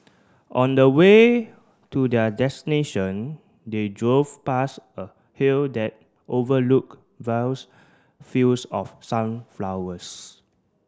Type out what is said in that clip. on the way to their destination they drove past a hill that overlooked vast fields of sunflowers